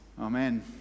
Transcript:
Amen